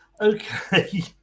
okay